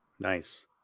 Nice